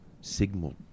signal